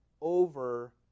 over